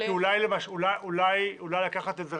או להפך?